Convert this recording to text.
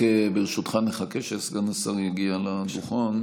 ברשותך, רק נחכה שסגן השר יגיע לדוכן.